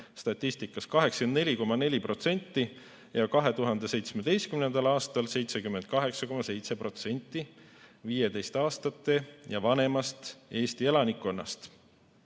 statistikas) 84,4% ja 2017. aastal 78,7% 15‑aastastest ja vanematest Eesti elanikest.